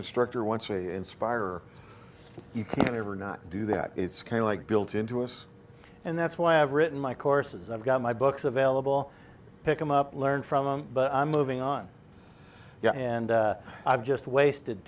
instructor once a inspire or you can never not do that it's kind of like built into us and that's why i've written my courses i've got my books available pick them up learn from them but i'm moving on and i've just wasted